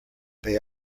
they